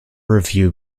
review